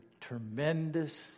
tremendous